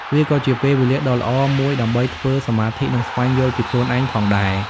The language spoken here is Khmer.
វាក៏ជាពេលវេលាដ៏ល្អមួយដើម្បីធ្វើសមាធិនិងស្វែងយល់ពីខ្លួនឯងផងដែរ។